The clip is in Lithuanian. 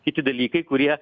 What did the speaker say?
kiti dalykai kurie